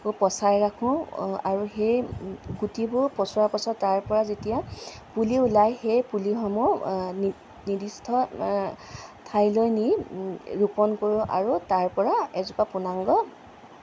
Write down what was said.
পচাই ৰাখোঁ আৰু সেই গুটিবোৰ পচোৱাৰ পাছত তাৰ পৰা যেতিয়া পুলি ওলায় সেই পুলিসমূহ নি নিৰ্দিষ্ট ঠাইলৈ নি ৰোপণ কৰোঁ আৰু তাৰ পৰা এজোপা পূৰ্ণাংগ